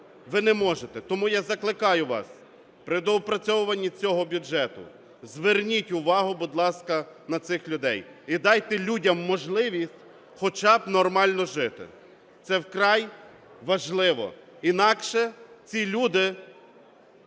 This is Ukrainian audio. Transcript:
ви не можете. Тому я закликаю вас при доопрацьовуванні цього бюджету зверніть увагу, будь ласка, на цих людей і дайте людям можливість хоча б нормально жити. Це вкрай важливо, інакше ці люди